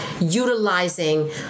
utilizing